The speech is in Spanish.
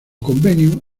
convenio